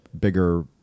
bigger